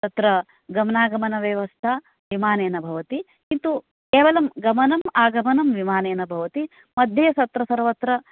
तत्र गमनागमनव्यवस्था विमानेन भवति किन्तु केवलं गमनम् आगमनं विमानेन भवति मध्ये तत्र सर्वत्र